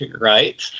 Right